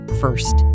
first